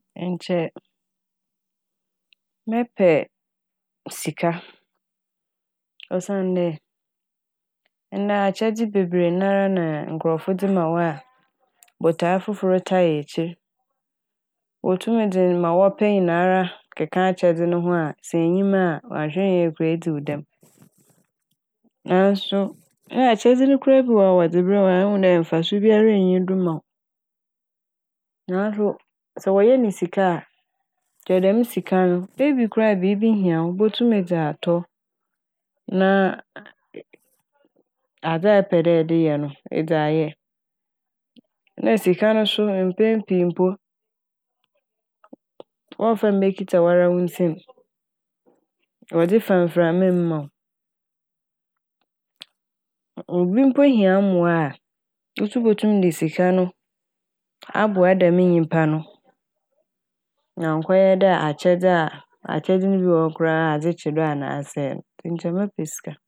Nkyɛ mɛpɛ sika osiandɛ ndɛ akyɛdze bebree nara nkorɔfo wɔdze ma wo a botae fofor tae ekyir. Wotum dze ma wɔpɛ nyinara keka akyɛdze no ho a sɛ ennyim a ɔannhwɛ ne yie koraa na edzi wo dɛm. Naaso ɔyɛ a akyɛdze ne koraa bi wɔ hɔ a wɔdze brɛɛ wo a ehu dɛ mfaso biara nnyi do ma wo. Naaso sɛ wɔyɛɛ ne sika a nka dɛm sika no ebi koraa a biibi hia wo ibotum dze atɔ na a adze a ɛpɛ dɛ ɛde yɛ no edze ayɛ. Na sika no so mpɛn pii no mpo wɔmmfa mmba mbekitsa wara wo nsam'. Wɔdze fa mframa m' ma w'. Obi mpo hia mboa a woso botum dze sika no aboa dɛm nyimpa no na ɔnnkɔyɛ dɛ akyɛdze a akyɛdze ne bi wɔ hɔ koraa adze kye do a na asɛe no nkyɛ mɛpɛ sika.